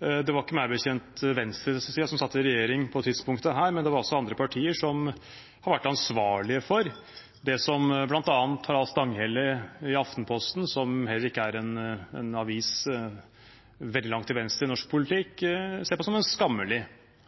Meg bekjent var det ikke venstresiden som satt i regjering på dette tidspunktet. Det var altså andre partier som var ansvarlige for det som bl.a. Harald Stanghelle i Aftenposten – som heller ikke er en avis veldig langt til venstre i norsk